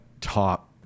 top